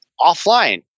offline